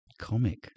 comic